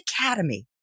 Academy